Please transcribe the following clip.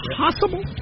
possible